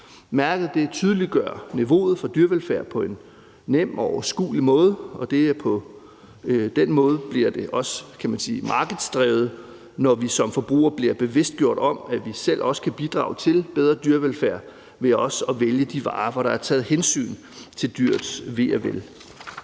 Mærket tydeliggør niveauet for dyrevelfærd på en nem og overskuelig måde, og på den måde bliver det også markedsdrevet, når vi som forbrugere bliver bevidstgjort om, at vi også selv kan bidrage til bedre dyrevelfærd ved at vælge de varer, hvor der er taget hensyn til dyrets ve og vel.